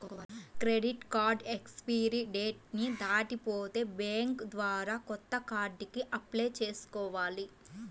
credit card expiry date ని దాటిపోతే bank ద్వారా కొత్త కార్డుకి అప్లై చేసుకోవాలి